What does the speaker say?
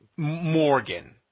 Morgan